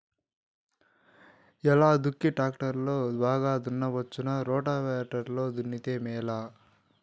ఎలా దుక్కి టాక్టర్ లో బాగా దున్నవచ్చునా రోటివేటర్ లో దున్నితే మేలా?